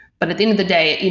but at the end of the day,